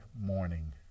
morning